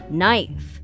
knife